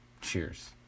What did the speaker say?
Cheers